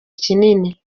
kinini